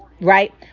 right